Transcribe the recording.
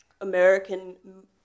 American